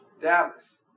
Dallas